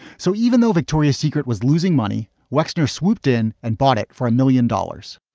so even though victoria's secret was losing money, wexner swooped in and bought it for a million dollars